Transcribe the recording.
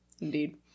Indeed